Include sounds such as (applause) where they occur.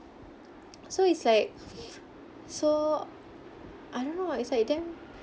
so it's like (breath) so I don't know ah it's like damn